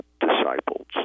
disciples